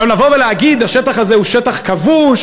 לבוא ולהגיד: השטח הזה הוא שטח כבוש,